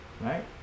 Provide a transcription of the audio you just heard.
right